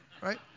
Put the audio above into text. right